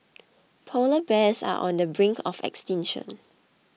Polar Bears are on the brink of extinction